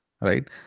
right